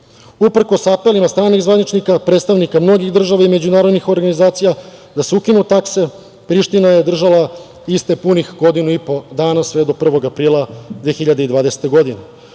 apelima stranih zvaničnika, predstavnika mnogih država i međunarodnih organizacija, da se ukinu takse, Priština je držala iste, punih godinu i po dana, sve do 1. aprila 2020. godine.